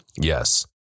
Yes